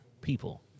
people